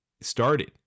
started